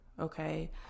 Okay